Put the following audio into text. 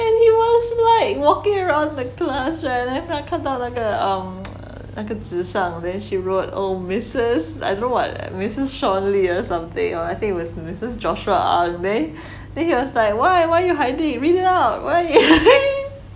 and he was like walking around the class when 他看到那个 um 那个纸上 then she wrote oh missus I don't know what missus shawn lee or something or I think it was missus joshua ang or something then then he was like why what are you hiding read it out